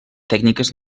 tècniques